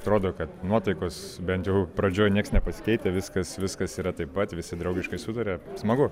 atrodo kad nuotaikos bent jau pradžioj nieks nepasikeitę viskas viskas yra taip pat visi draugiškai sutaria smagu